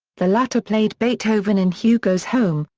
the latter played beethoven in hugo's home,